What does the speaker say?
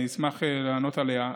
אני אשמח לענות עליה.